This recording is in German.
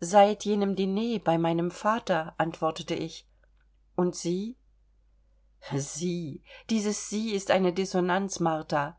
seit jenem diner bei meinem vater antwortete ich und sie sie dieses sie ist eine dissonanz martha